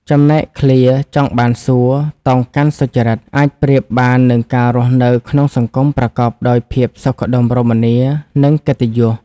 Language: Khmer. ចំណែកឃ្លា ចង់បានសួគ៌ តោងកាន់សុចរិត អាចប្រៀបបាននឹងការរស់នៅក្នុងសង្គមប្រកបដោយភាពសុខដុមរមនា និងកិត្តិយស។